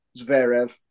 Zverev